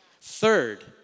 Third